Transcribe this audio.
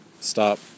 stop